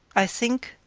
i think,